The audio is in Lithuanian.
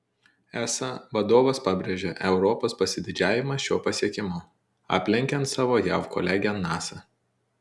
esa vadovas pabrėžė europos pasididžiavimą šiuo pasiekimu aplenkiant savo jav kolegę nasa